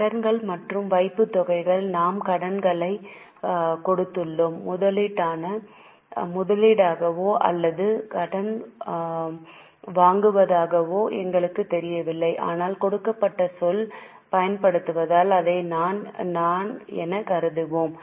கடன்கள் மற்றும் வைப்புத்தொகைகள் நாம்கடன்களைக் கொடுத்துள்ளோம் முதலீடாகவோ அல்லது கடன் வாங்குவதாகவோ எங்களுக்குத் தெரியவில்லை ஆனால் கொடுக்கப்பட்ட சொல் பயன்படுத்தப்படுவதால் அதை நான் எனக் கருதுவோம்